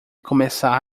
começar